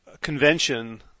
convention